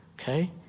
Okay